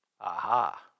Aha